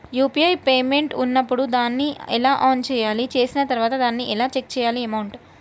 UPI payment ఉన్నప్పుడు దాన్ని ఎలా ఆన్ చేయాలి? చేసిన తర్వాత దాన్ని ఎలా చెక్ చేయాలి అమౌంట్?